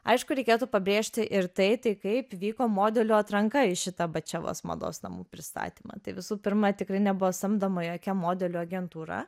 aišku reikėtų pabrėžti ir tai tai kaip vyko modelių atranka į šitą bačevos mados namų pristatymą tai visų pirma tikrai nebuvo samdoma jokia modelių agentūra